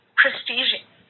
prestige